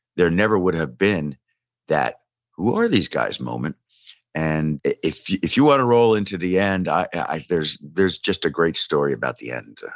there never would have been that who are these guys moment and if you if you want to roll into the end, there's there's just a great story about the end. and